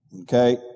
Okay